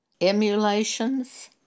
emulations